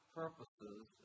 purposes